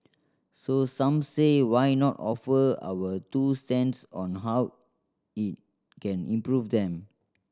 so some say why not offer our two cents on how it can improve them